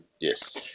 yes